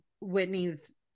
Whitney's